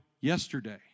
yesterday